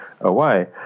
Away